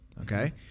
okay